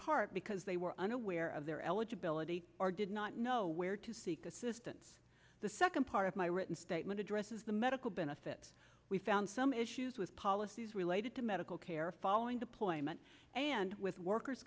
part because they were unaware of their eligibility or did not know where to seek assistance the second part of my written statement addresses the medical benefits we found some issues with policies related to medical care following deployment and with workers